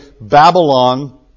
Babylon